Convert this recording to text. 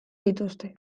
dituzte